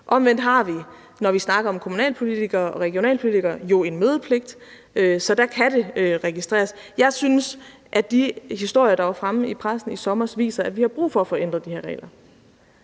Omvendt har vi, når vi snakker om kommunalpolitikere og regionalpolitikere, jo en mødepligt, så der kan det registreres. Jeg synes, at de historier, der var fremme i pressen i sommer, viser, at vi har brug for at få ændret de her regler,